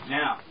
now